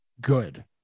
good